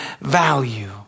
value